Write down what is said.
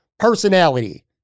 personality